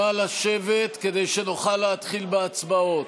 נא לשבת כדי שנוכל להתחיל בהצבעות.